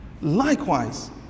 Likewise